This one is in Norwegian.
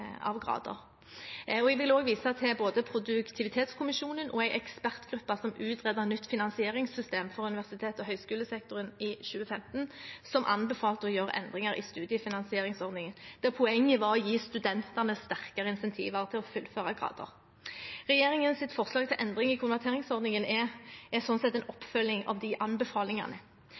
av grader. Jeg vil også vise til både Produktivitetskommisjonen og en ekspertgruppe som utredet nytt finansieringssystem for universitetets- og høyskolesektoren i 2015, som anbefalte å gjøre endringer i studiefinansieringsordningen, der poenget var å gi studentene sterkere incentiver til å fullføre grader. Regjeringens forslag til endring i konverteringsordningen er sånn sett en oppfølging av de anbefalingene.